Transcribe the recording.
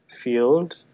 field